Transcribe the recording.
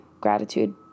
gratitude